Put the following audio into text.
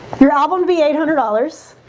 your album be eight hundred dollars.